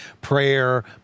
prayer